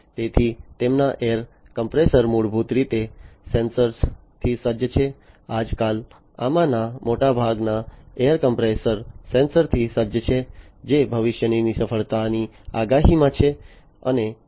તેથી તેમના air compressor મૂળભૂત રીતે સેન્સરથી સજ્જ છે આજકાલ આમાંના મોટાભાગના એર કોમ્પ્રેસર સેન્સરથી સજ્જ છે જે ભવિષ્યની નિષ્ફળતાની આગાહીમાં છે